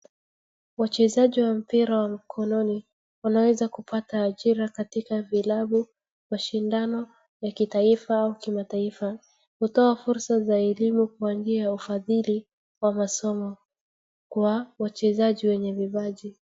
Wachezaji wa mpira wa mkononi wanaweza kupata ajira katika vilabu mashindano ya kitaifa wa kimataifa, hutoa fursa za elimu kwa njia ya uhadhili wa masomo kwa wachezaji wenye vipaji.